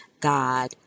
God